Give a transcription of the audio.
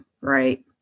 right